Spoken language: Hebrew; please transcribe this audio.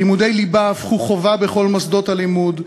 לימודי ליבה הפכו חובה בכל מוסדות הלימוד,